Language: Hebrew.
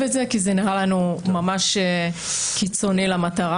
את זה כי זה נראה לנו ממש קיצוני למטרה.